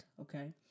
okay